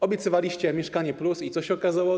Obiecywaliście „Mieszkanie+” i co się okazało?